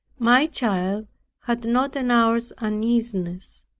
my child had not an hour's uneasiness,